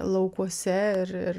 laukuose ir ir